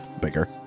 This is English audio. bigger